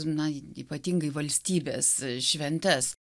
na ypatingai valstybės šventes